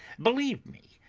believe me,